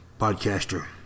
podcaster